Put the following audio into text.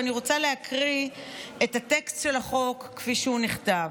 ואני רוצה להקריא את הטקסט של החוק כפי שהוא נכתב.